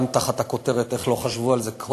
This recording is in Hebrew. גם תחת הכותרת "איך לא חשבו על זה קודם?",